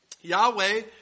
Yahweh